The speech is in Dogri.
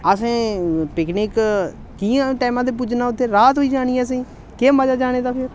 असें पिकनिक कि'यां टैमा दे पुज्जना उत्थै रात होई जानी असें गी केह् मजा जाने दा फिर